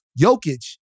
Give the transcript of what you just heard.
Jokic